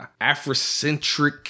Afrocentric